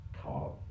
car